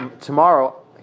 Tomorrow